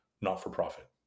not-for-profit